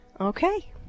okay